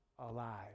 alive